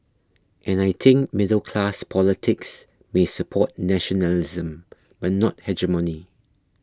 and I think middle class politics may support nationalism but not hegemony